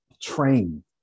train